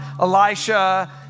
Elisha